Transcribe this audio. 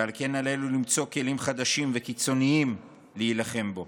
ועל כן עלינו למצוא כלים חדשים וקיצוניים להילחם בו.